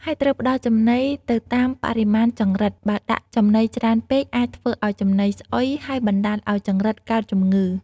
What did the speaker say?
ហើយត្រូវផ្តល់ចំណីទៅតាមបរិមាណចង្រិត បើដាក់ចំណីច្រើនពេក អាចធ្វើឲ្យចំណីស្អុយ ហើយបណ្តាលឲ្យចង្រិតកើតជំងឺ។